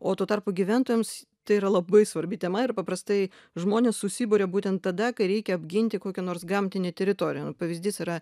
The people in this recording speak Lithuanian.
o tuo tarpu gyventojams tai yra labai svarbi tema ir paprastai žmonės susiburia būtent tada kai reikia apginti kokią nors gamtinę teritoriją nu pavyzdys yra